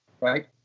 right